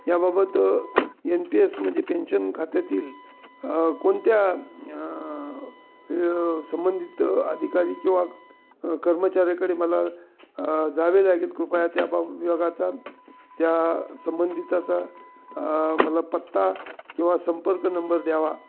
याबाबत N P S म्हणजे pension खात्यातील कोणत्या संबंधित आधिकारी किंवा कर्मचाऱ्याकडे मला जावे लागेल कृपया त्या बाब विभागाचा त्या संबंधिताचा मला पत्ता किंवा संपर्क नंबर द्यावा